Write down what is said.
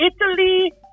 Italy